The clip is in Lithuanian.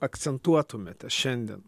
akcentuotumėte šiandien